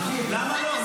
למה לא?